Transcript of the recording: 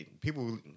people